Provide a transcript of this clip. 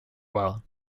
well